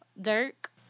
Dirk